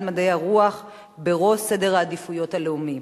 מדעי הרוח בראש סדר העדיפויות הלאומי.